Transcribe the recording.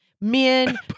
Men